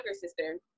sister